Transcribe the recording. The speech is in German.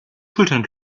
schulter